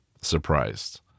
surprised